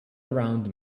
around